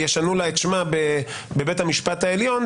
ישנו לה את שמה בבית המשפט העליון,